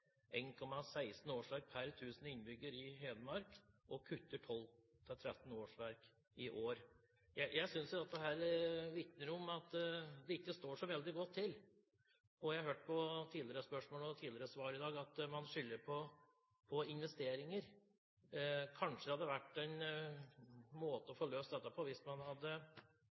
årsverk per 1.000 innbygger i Hedmark og kutter 12-13 årsverk i år.» Jeg synes dette vitner om at det ikke står så veldig godt til, og jeg har hørt av tidligere spørsmål og tidligere svar i dag at man skylder på investeringer. Kanskje det hadde vært en måte å få løst dette på hvis man hadde